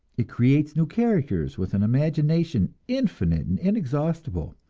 it creates new characters, with an imagination infinite and inexhaustible.